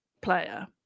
player